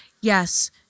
yes